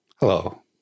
Hello